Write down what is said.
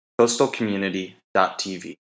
coastalcommunity.tv